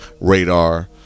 radar